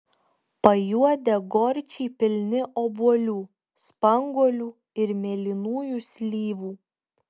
pajuodę gorčiai pilni obuolių spanguolių ir mėlynųjų slyvų